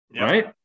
Right